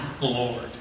Lord